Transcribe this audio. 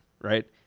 right